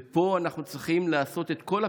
ופה אנחנו צריכים לעשות את כל הפעולות.